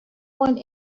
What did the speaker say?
want